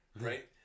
Right